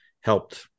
helped